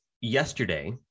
yesterday